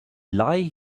lie